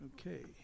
Okay